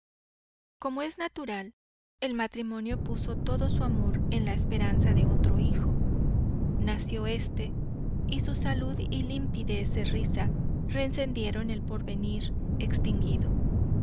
como es natural el matrimonio puso todo su amor en la esperanza de otro hijo nació éste y su salud y limpidez de risa reencendieron el porvenir extinguido